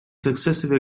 successive